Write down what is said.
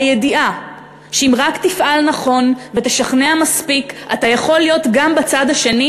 הידיעה שאם רק תפעל נכון ותשכנע מספיק אתה יכול להיות גם בצד השני,